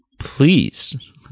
please